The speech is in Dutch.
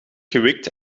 gewikt